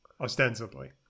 Ostensibly